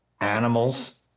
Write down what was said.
animals